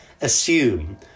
assume